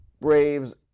Braves